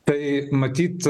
tai matyt